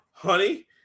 Honey